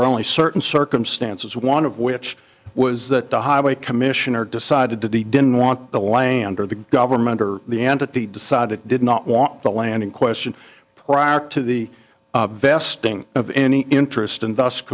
were only certain circumstances one of which was that the highway commissioner decided to be didn't want the land or the government or the entity decide it did not want the land in question prior to the vesting of any interest